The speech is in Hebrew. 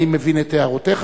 אני מבין את הערותיך.